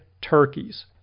turkeys